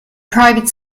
private